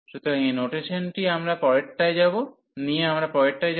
সুতরাং এই নোটেশনটি নিয়ে আমরা পরেরটায় যাব